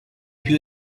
più